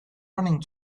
running